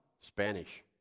Spanish